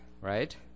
right